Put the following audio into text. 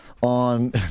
On